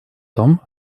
том